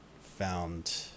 found